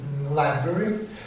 library